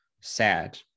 sad